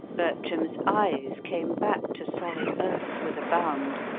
bertram's eyes came back to solid earth with a bound.